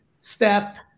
Steph